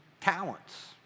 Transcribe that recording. talents